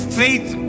faith